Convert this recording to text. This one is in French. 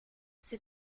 cet